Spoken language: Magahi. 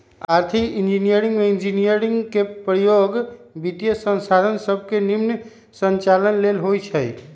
आर्थिक इंजीनियरिंग में इंजीनियरिंग के प्रयोग वित्तीयसंसाधन सभके के निम्मन संचालन लेल होइ छै